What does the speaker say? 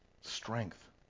strength